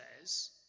says